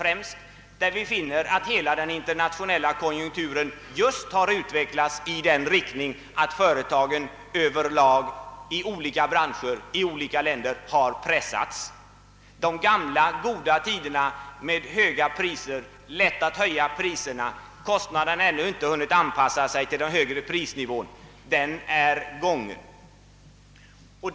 Vi skall då finna att hela den internationella konjunkturen har utvecklats i just den riktningen att företagen över lag i alla branscher och i alla länder har pressats hårt. De gamla goda tiderna med höga priser, med möjlighet att höja priserna medan kostnaderna ännu inte hunnit anpassa sig till den högre prisnivån, är förbi.